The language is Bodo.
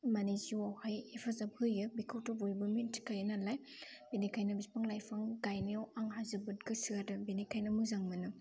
माने जिउआवहाय हेफाजाब होयो बेखौथ' बयबो मिन्थिखायो नालाय बेनिखायनो बिफां लाइफां गायनायाव आंहा जोबोद गोसो आरो बेनिखायनो मोजां मोनो